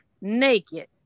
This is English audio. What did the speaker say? naked